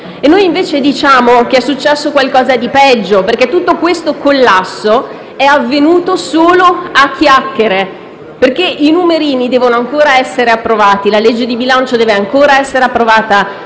noi invece diciamo che è successo qualcosa di peggio, perché tutto questo collasso è avvenuto solo a chiacchiere, perché i cosiddetti numerini devono ancora essere approvati: la legge di bilancio deve ancora essere approvata